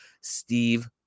Steve